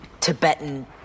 Tibetan